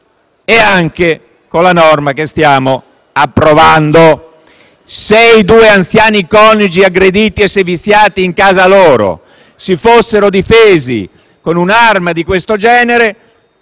con la norma che stiamo per approvare. Se i due anziani coniugi aggrediti e seviziati in casa loro si fossero difesi con un'arma di tal genere,